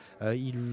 il